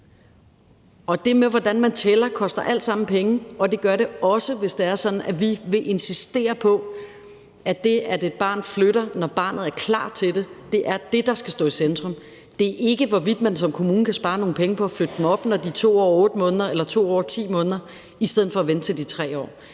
det med, hvordan man tæller, koster alt sammen penge, og det gør det også, hvis det er sådan, at vi vil insistere på, at det, at et barn flytter op, når barnet er klar til det, er det, der skal stå i centrum. Det er ikke, hvorvidt man som kommune kan spare nogle penge på at flytte dem op, når de er 2 år og 8 måneder eller 2 år og 10 måneder, i stedet for at vente, til de er 3 år.